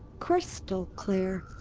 crystal clear.